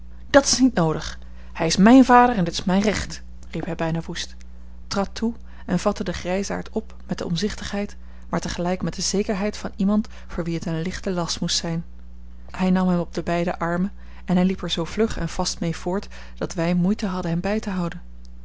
dat is niet noodig hij is mijn vader en het is mijn recht riep hij bijna woest trad toe en vatte den grijsaard op met de omzichtigheid maar tegelijk met de zekerheid van iemand voor wien het een lichte last moest zijn hij nam hem op de beide armen en hij liep er zoo vlug en vast mee voort dat wij moeite hadden hem bij te houden